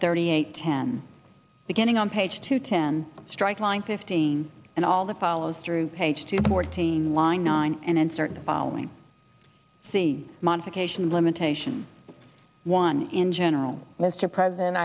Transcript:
thirty eight ten beginning on page two ten strike line fifteen and all that follows through page two fourteen line nine and insert only see modification limitation one in general mr president